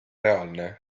reaalne